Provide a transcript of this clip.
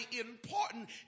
important